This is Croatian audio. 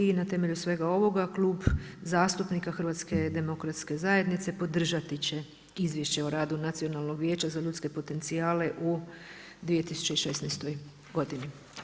I na temelju svega ovoga Klub zastupnika HDZ-a podržati će izvješće o radu Nacionalnog vijeća za ljudske potencijale u 2016. godini.